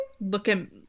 Looking